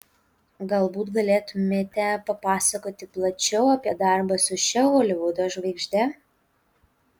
galbūt galėtumėte papasakoti plačiau apie darbą su šia holivudo žvaigžde